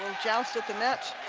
joust at the net.